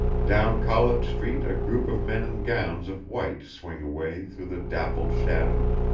down college street a group of men in gowns of white swing away through the dappled shadows.